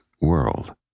world